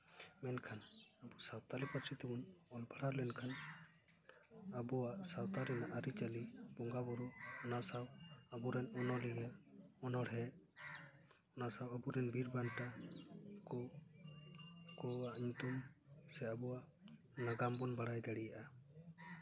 ᱢᱮᱱᱠᱷᱟᱱ ᱟᱵᱚ ᱥᱟᱱᱛᱟᱲᱤ ᱯᱟᱹᱨᱥᱤ ᱛᱮᱵᱚᱱ ᱚᱞᱯᱟᱲᱦᱟᱣ ᱞᱮᱱᱠᱷᱟᱱ ᱟᱵᱚᱣᱟᱜ ᱥᱟᱶᱛᱟ ᱨᱮᱱᱟᱜ ᱟᱹᱨᱤᱪᱟᱹᱞᱤ ᱵᱚᱱᱜᱟ ᱵᱩᱨᱩ ᱚᱱᱟ ᱥᱟᱶ ᱟᱵᱚ ᱨᱮᱱ ᱚᱱᱚᱞᱤᱭᱟᱹ ᱚᱱᱚᱲᱦᱮᱸ ᱚᱱᱟ ᱥᱟᱶ ᱟᱵᱚ ᱨᱮᱱ ᱵᱤᱨ ᱵᱟᱱᱴᱟ ᱠᱚ ᱠᱚᱣᱟᱜ ᱧᱩᱛᱩᱢ ᱥᱮ ᱟᱵᱚᱣᱟᱜ ᱱᱟᱜᱟᱢ ᱵᱚᱱ ᱵᱟᱲᱟᱭ ᱫᱟᱲᱮᱭᱟᱜᱼᱟ